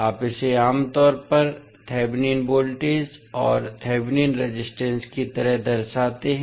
आप इसे आम तौर पर थेवेनिन वोल्टेज और थेवेनिन रेजिस्टेंस की तरह दर्शाते हैं